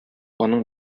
аның